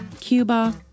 Cuba